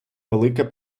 велике